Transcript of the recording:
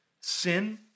sin